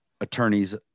attorneys